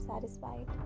satisfied